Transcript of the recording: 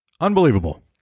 Unbelievable